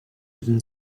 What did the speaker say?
within